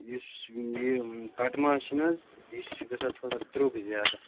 یُس یہ کٹہٕ ماز چھُ نہٕ حظ یہِ چھُ گژھان تھوڑا درٛۅگ زیادٕ